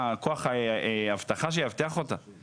תהיינה הרבה יותר נסיעות על הצירים.